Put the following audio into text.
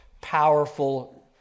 powerful